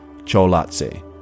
Cholatse